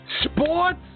Sports